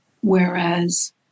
whereas